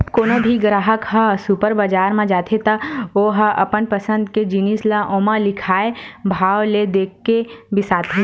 कोनो भी गराहक ह सुपर बजार म जाथे त ओ ह अपन पसंद के जिनिस ल ओमा लिखाए भाव ल देखके बिसाथे